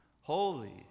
holy